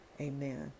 Amen